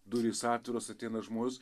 durys atviros ateina žmogus